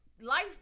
life